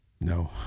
No